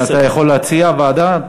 אתה יכול להציע ועדה?